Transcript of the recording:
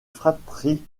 fratrie